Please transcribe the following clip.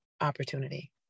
opportunity